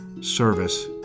service